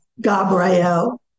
Gabriel